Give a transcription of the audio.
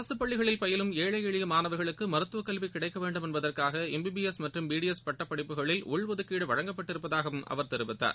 அரசுபள்ளிகளில் பயிலும் ஏழைஎளியமாணவர்களுக்குமருத்துவக்கல்விகிடைக்கவேண்டும் என்பதற்காகளம்பிபிஎஸ் மற்றும் பிடிஎஸ் பட்டப்படிப்புகளில் உள் ஒதுக்கீடுவழங்கப்பட்டிருப்பதாகவும் அவர் தெரிவித்தார்